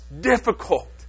difficult